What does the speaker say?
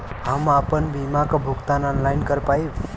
हम आपन बीमा क भुगतान ऑनलाइन कर पाईब?